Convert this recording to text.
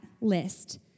list